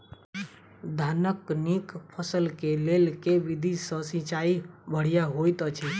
धानक नीक फसल केँ लेल केँ विधि सँ सिंचाई बढ़िया होइत अछि?